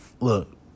Look